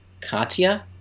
Katya